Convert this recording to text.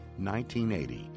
-1980